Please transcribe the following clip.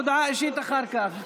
הודעה אישית אחר כך.